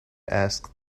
ask